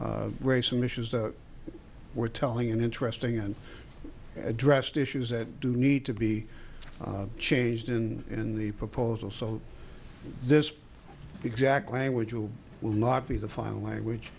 in issues that were telling an interesting and addressed issues that do need to be changed in in the proposal so this exact language will will not be the final language